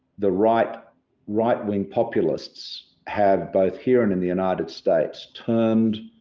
the right right wing populists have both here and in the united states turned,